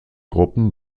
gruppen